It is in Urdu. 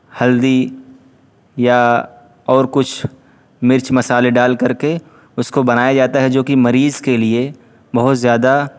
ہلدی یا اور کچھ مرچ مسالے ڈال کر کے اس کو بنایا جاتا ہے جو کہ مریض کے لیے بہت زیادہ